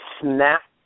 snap